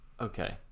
Okay